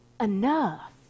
enough